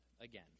again